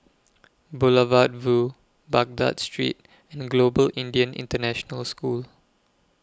Boulevard Vue Baghdad Street and Global Indian International School